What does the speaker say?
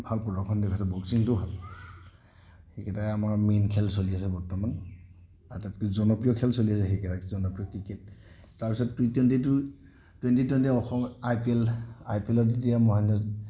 ভাল প্ৰদৰ্শন দেখাইছে বক্সিঙতো ভাল সেইকেইটাই আমাৰ মেইন খেল চলি আছে বৰ্তমান আটাইতকৈ জনপ্ৰিয় খেল চলি আছে সেইকেইটাই জনপ্ৰিয় ক্ৰিকেট তাৰপিছত T twenty two twenty twenty আৰু Assam I P L I P এলত এতিয়া মহেন্দ্ৰ সিং